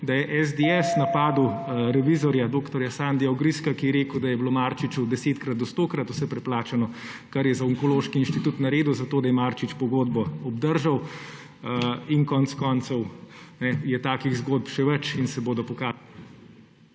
da je SDS napadel revizorja dr. Sandija Ogrizka, ki je rekel, da je bilo Marčiču 10-krat do 100-krat vse preplačano, kar je za Onkološki inštitut naredil, zato da je Marčič pogodbo obdržal. In konec koncev je takih zgodb še več in se bodo …/ izklop